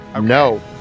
No